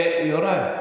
יוראי,